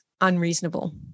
unreasonable